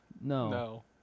No